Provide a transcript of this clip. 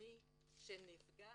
במי שנפגע,